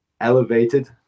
Elevated